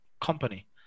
company